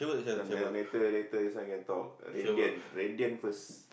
this later later this one can talk Radiant Radiant first